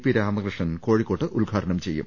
P Ramakrishnan കോഴിക്കോട്ട് ഉദ്ഘാ ടനം ചെയ്യും